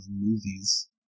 movies